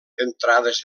entrades